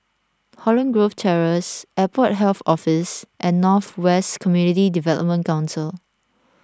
Holland Grove Terrace Airport Health Office and North West Community Development Council